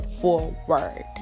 forward